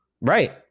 Right